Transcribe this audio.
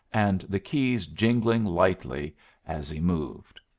and the keys jingling lightly as he moved.